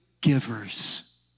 givers